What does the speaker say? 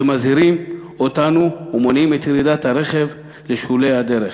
שמזהירים אותנו ומונעים את ירידת הרכב לשולי הדרך.